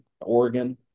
Oregon